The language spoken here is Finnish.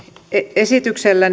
esityksellä